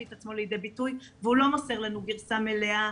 את עצמו לידי ביטוי והוא לא מוסר לנו גרסה מלאה.